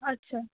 আচ্ছা